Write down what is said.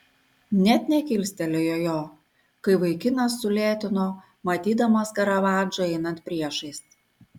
net nekilstelėjo jo kai vaikinas sulėtino matydamas karavadžą einant priešais